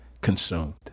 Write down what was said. consumed